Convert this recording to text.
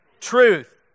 Truth